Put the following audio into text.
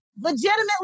legitimately